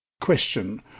Question